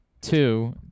two